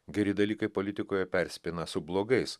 geri dalykai politikoje persipina su blogais